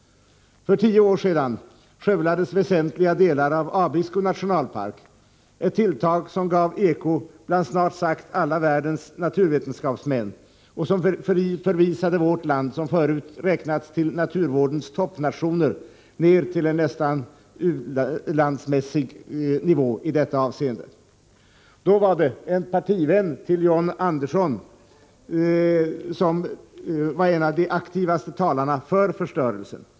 För tio år sedan skövlades väsentliga delar av Abisko nationalpark, ett tilltag som gav eko bland snart sagt alla världens naturvetenskapsmän och som förvisade vårt land, som förut räknats till naturvårdens toppnationer, till nästan u-landsmässig nivå i detta avseende. Då var det en partivän till John Andersson som var en av de aktivaste — Nr 39 talarna för förstörelsen.